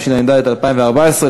התשע"ד 2014,